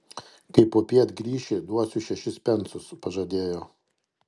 kai popiet grįši duosiu šešis pensus pažadėjo